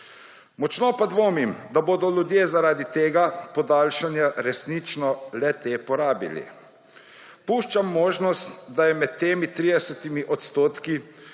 Močno pa dvomim, da bodo ljudje zaradi tega podaljšanja resnično le-te porabili. Puščam možnost, da so med temi 30 %, ki